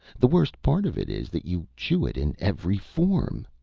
the worst part of it is that you chew it in every form.